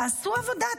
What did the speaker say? תעשו עבודה,